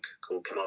called